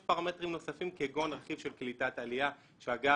יש פרמטרים נוספים כגון רכיב של קליטת עליה שאגב